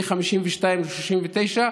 מ-52 ל-39,